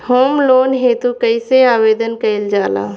Home loan हेतु कइसे आवेदन कइल जाला?